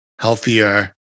healthier